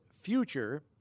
future